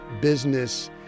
business